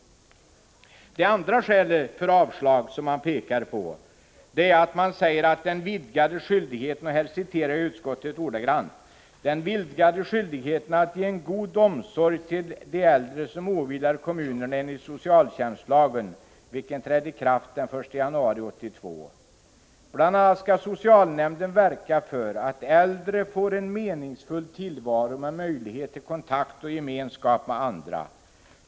Det andra skälet för avslag som man pekar på är följande, och här citerar jag utskottet ordagrant: ”Utskottet vill vidare erinra om den vidgade skyldigheten att ge en god omsorg till de äldre som åvilar kommunerna enligt socialtjänstlagen, vilken trädde i kraft den 1 januari 1982. Bl.a. skall till kontakt och gemenskap med andra.